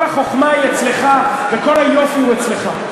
כל החוכמה היא אצלך וכל היופי הוא אצלך.